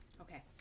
Okay